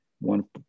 one